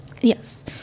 yes